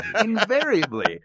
invariably